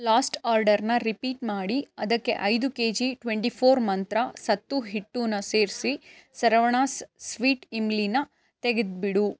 last ಆರ್ಡರ್ನ repeat ಮಾಡಿ ಅದಕ್ಕೆ ಐದು ಕೆ ಜಿ ಟ್ವೆಂಟಿ ಫೋರ್ ಮಂತ್ರ ಸತ್ತು ಹಿಟ್ಟನ್ನ ಸೇರಿಸಿ ಸರವಣಾಸ್ ಸ್ವೀಟ್ ಇಮ್ಲಿನ ತೆಗೆದ್ಬಿಡು